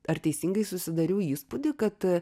ar teisingai susidariau įspūdį kad